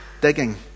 digging